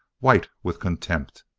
white with contempt.